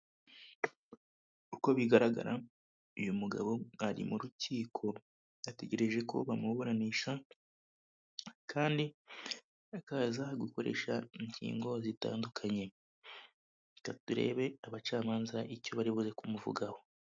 Uko bigaragara uyu mugabo ari mu rukiko, ategereje ko baburanisha kandi akaza gukoresha ingingo zitandukanye, reka turebe abacamanza icyo baribuze kumuvugaho.